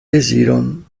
deziron